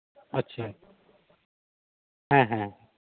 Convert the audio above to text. ᱟᱪᱪᱷᱟ ᱦᱮᱸ ᱦᱮᱸ